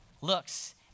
looks